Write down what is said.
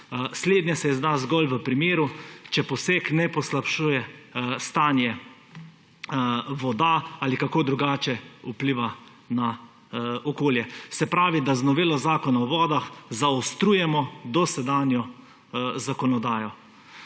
Slednje se izda zgolj v primeru, če poseg ne poslabšuje stanje voda ali kako drugače vpliva na okolje. Se pravi, da z novelo Zakona o vodah zaostrujemo dosedanjo zakonodajo.